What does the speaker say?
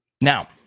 Now